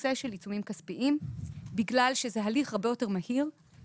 בנושא של עיצומים כספיים בגלל שזה הליך הרבה יותר מהיר.